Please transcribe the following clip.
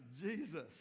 jesus